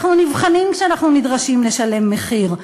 אנחנו נבחנים כשאנחנו נדרשים לשלם מחיר.